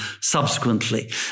subsequently